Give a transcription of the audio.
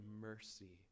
mercy